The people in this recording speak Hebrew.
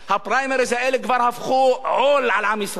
הפריימריס האלה כבר הפכו עול על עם ישראל,